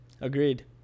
Agreed